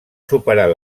superar